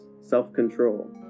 self-control